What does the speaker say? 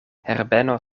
herbeno